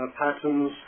patterns